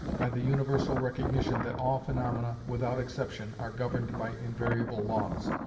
by the universal recognition that all phaemomena without exception are governed by invariable laws,